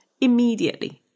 immediately